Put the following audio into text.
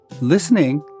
listening